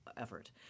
effort